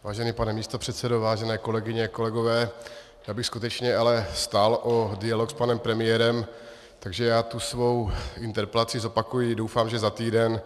Vážený pane místopředsedo, vážené kolegyně, kolegové, já bych skutečně ale stál o dialog s panem premiérem, takže já tu svou interpelaci zopakuji, doufám, že za týden.